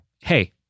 hey